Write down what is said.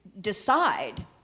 decide